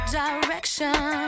direction